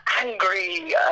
angry